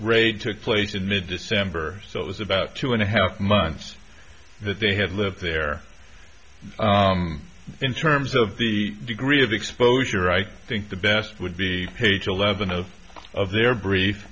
raid took place in mid december so it was about two and a half months that they had lived there in terms of the degree of exposure i think the best would be page eleven of of their brief